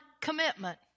commitment